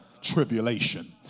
tribulation